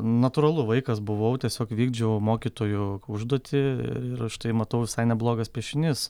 natūralu vaikas buvau tiesiog vykdžiau mokytojų užduotį ir štai matau visai neblogas piešinys